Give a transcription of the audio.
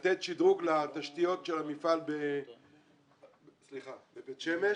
רוצה לתת שדרוג לתשתיות של המפעל בבית שמש,